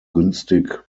günstig